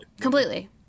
Completely